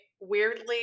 weirdly